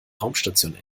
raumstation